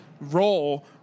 role